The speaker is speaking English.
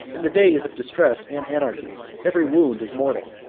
in the days of distress and anarchy, every wound is mortal,